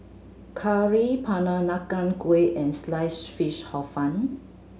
curry Peranakan Kueh and Sliced Fish Hor Fun